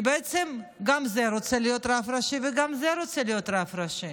כי בעצם גם זה רוצה להיות רב ראשי וגם זה רוצה להיות רב ראשי,